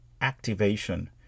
activation